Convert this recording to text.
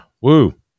woo